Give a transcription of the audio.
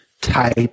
type